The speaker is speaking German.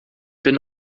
bin